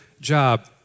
job